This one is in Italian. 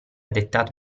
dettato